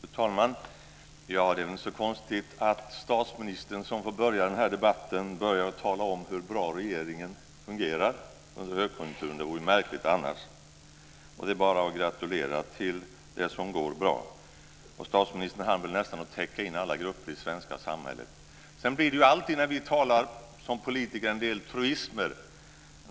Fru talman! Det är väl inte så konstigt att statsministern, som får inleda den här debatten, börjar med att tala om hur bra regeringen fungerar under högkonjunkturen. Det vore märkligt annars, och det är bara att gratulera till det som går bra. Statsministern hann väl nästan täcka in alla grupper i det svenska samhället. Som alltid när vi politiker talar blir det också en del truismer.